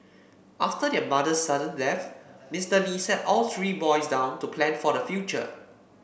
after their mother's sudden death Mister Li sat all three boys down to plan for the future